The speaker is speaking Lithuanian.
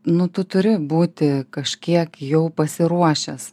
nu tu turi būti kažkiek jau pasiruošęs